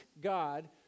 God